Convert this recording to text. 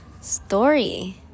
story